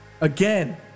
again